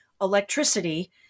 electricity